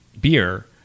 beer